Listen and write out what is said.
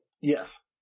Yes